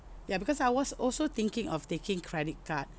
ya because I was also thinking of taking credit card